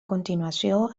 continuació